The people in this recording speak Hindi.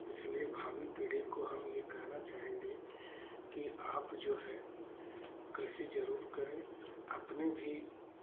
इसलिए भावी पीढ़ी को हम ये कहना चाहेंगे कि आप जो है कृषि जरूर करें अपने भी